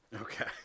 Okay